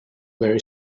very